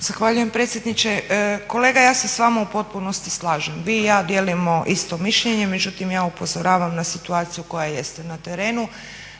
Zahvaljujem predsjedniče. Kolega ja se s vama u potpunosti slažem, vi i ja dijelimo isto mišljenje. Međutim ja upozoravam na situaciju koja jeste na terenu.